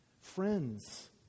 Friends